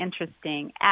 interesting